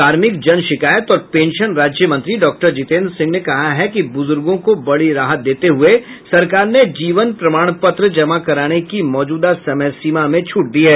कार्मिक जन शिकायत और पेंशन राज्य मंत्री डॉक्टर जितेन्द्र सिंह ने कहा है कि बुजुर्गो को बडी राहत देते हुए सरकार ने जीवन प्रमाण पत्र जमा कराने की मौजूदा समय सीमा में छूट दी है